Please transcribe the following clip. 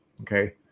okay